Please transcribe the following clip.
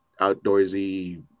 outdoorsy